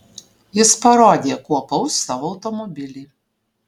jis parodė kuo apaus savo automobilį